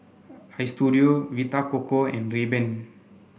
Istudio Vita Coco and Rayban